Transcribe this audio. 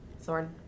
Thorn